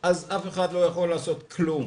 אז אף אחד לא יכול לעשות כלום,